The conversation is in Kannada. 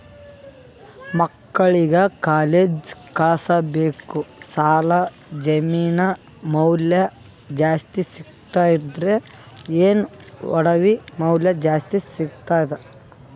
ಮಕ್ಕಳಿಗ ಕಾಲೇಜ್ ಕಳಸಬೇಕು, ಸಾಲ ಜಮೀನ ಮ್ಯಾಲ ಜಾಸ್ತಿ ಸಿಗ್ತದ್ರಿ, ಏನ ಒಡವಿ ಮ್ಯಾಲ ಜಾಸ್ತಿ ಸಿಗತದ?